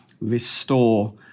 restore